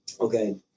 Okay